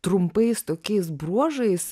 trumpais tokiais bruožais